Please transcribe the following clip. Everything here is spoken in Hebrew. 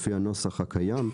לפי הנוסח הקיים,